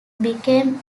became